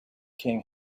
king